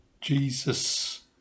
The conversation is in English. Jesus